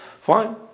fine